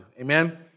Amen